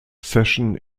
session